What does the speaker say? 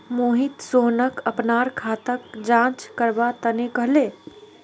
मोहित सोहनक अपनार खाताक जांच करवा तने कहले